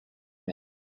man